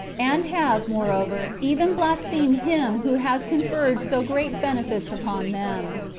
and have, moreover, even blasphemed him who has conferred so great benefits upon them.